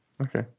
okay